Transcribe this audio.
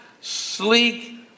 sleek